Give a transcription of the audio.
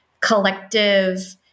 collective